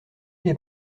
les